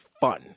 fun